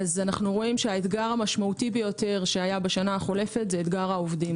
המשמעותי ביותר אתגר העובדים.